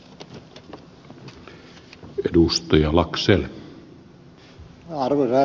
arvoisa herra puhemies